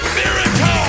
miracle